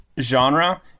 genre